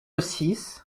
six